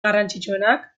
garrantzitsuenak